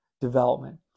development